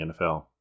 NFL